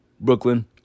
Brooklyn